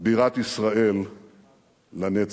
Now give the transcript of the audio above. בירת ישראל לנצח.